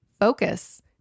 focus